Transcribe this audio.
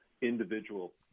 individual